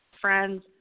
friends